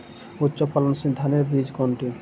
উচ্চ ফলনশীল ধানের বীজ কোনটি?